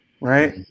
right